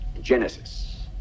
Genesis